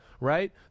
right